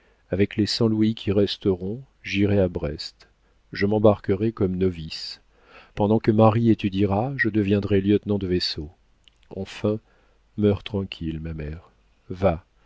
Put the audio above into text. avec les cent louis qui resteront j'irai à brest je m'embarquerai comme novice pendant que marie étudiera je deviendrai lieutenant de vaisseau enfin meurs tranquille ma mère va